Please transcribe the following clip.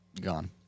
gone